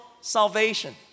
salvation